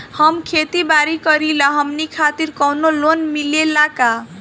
हम खेती बारी करिला हमनि खातिर कउनो लोन मिले ला का?